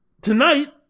tonight